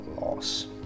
loss